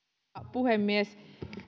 puhemies